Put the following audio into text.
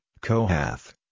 Kohath